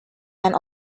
end